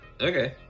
Okay